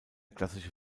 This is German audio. klassische